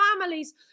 families